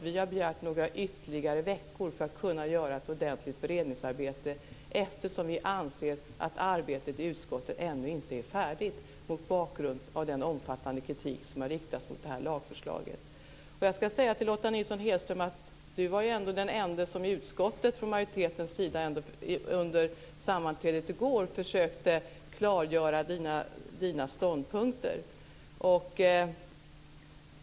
Vi har begärt ytterligare några veckors tid för att kunna göra ett ordentligt beredningsarbete. Vi anser nämligen att arbetet i utskottet ännu inte är färdigt, mot bakgrund av den omfattande kritik som har riktats mot det här lagförslaget. Jag kan säga att Lotta Nilsson-Hedström är den enda från majoritetens sida som under sammanträdet i utskottet i går ändå försökte klargöra sina ståndpunkter.